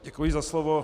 Děkuji za slovo.